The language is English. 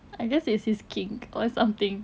I guess it's his kink or something